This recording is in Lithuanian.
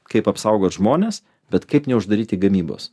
kaip apsaugot žmones bet kaip neuždaryti gamybos